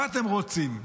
מה אתם רוצים,